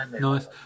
Nice